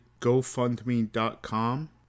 GoFundMe.com